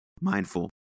mindful